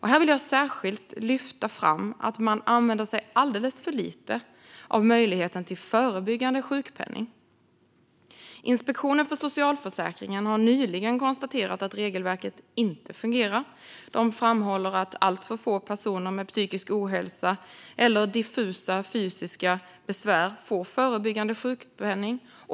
Här vill jag särskilt lyfta fram att man använder sig alldeles för lite av möjligheten till förebyggande sjukpenning. Inspektionen för socialförsäkringen har nyligen konstaterat att regelverket inte fungerar. De framhåller att alltför få personer med psykisk ohälsa eller diffusa fysiska besvär får förebyggande sjukpenning.